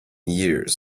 years